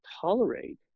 tolerate